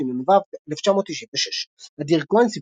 תשנ"ו 1996. אדיר כהן,